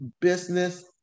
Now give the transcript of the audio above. business